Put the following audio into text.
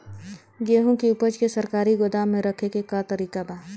गेहूँ के ऊपज के सरकारी गोदाम मे रखे के का तरीका बा?